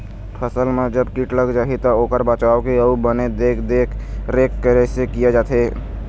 फसल मा जब कीट लग जाही ता ओकर बचाव के अउ बने देख देख रेख कैसे किया जाथे?